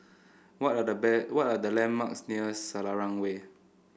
what are the what are the landmarks near Selarang Way